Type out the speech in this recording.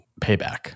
payback